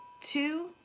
two